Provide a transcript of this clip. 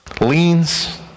leans